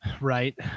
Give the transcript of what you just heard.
Right